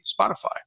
Spotify